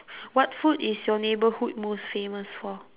what food is your neighbourhood most famous for